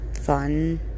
fun